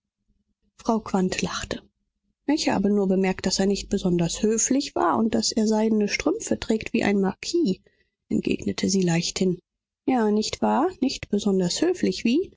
frau quandt lachte ich habe nur bemerkt daß er nicht besonders höflich war und daß er seidene strümpfe trägt wie ein marquis entgegnete sie leichthin ja nicht wahr nicht besonders höflich wie